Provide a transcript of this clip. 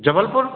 Jabalpur